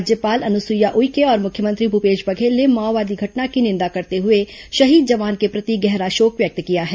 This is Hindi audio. राज्यपाल अनुसुईया उइके और मुख्यमंत्री भूपेश बघेल ने माओवादी घटना की निंदा करते हुए शहीद जवान के प्रति गहरा शोक व्यक्त किया है